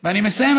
אני מסיים,